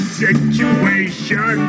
situation